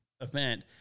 event